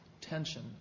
tension